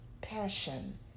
passion